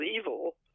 evil